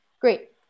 Great